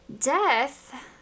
death